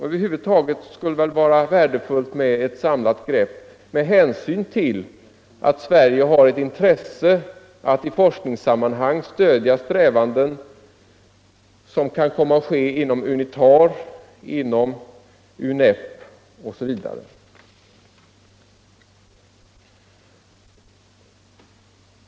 Över huvud taget är det nödvändigt med ett samlat grepp med hänsyn till att Sverige har ett intresse att i forskningssammanhang stödja arbetet inom olika FN-organ.